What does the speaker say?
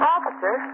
Officer